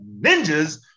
ninjas